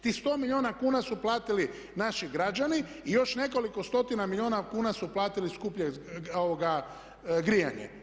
Tih 100 milijuna kuna su platili naši građani i još nekoliko stotina milijuna kuna su platili skuplje grijanje.